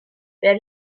where